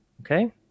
okay